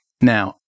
Now